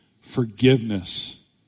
forgiveness